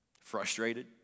Frustrated